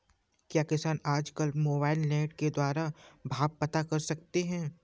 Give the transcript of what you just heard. क्या किसान आज कल मोबाइल नेट के द्वारा भाव पता कर सकते हैं?